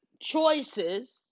choices